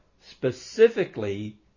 specifically